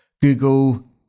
Google